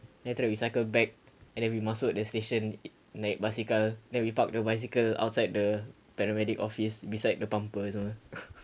then after that we cycled back and then we masuk the station like bicyle then we parked the bicycle outside the paramedic office beside the pumper macam